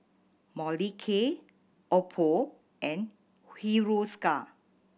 Molicare Oppo and Hiruscar